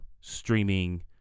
streaming